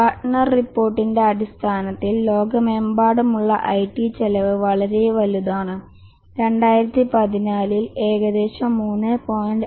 Gartner റിപ്പോർട്ടിന്റെ അടിസ്ഥാനത്തിൽ ലോകമെമ്പാടുമുള്ള ഐടി ചെലവ് വളരെ വലുതാണ് 2014 ൽ ഏകദേശം 3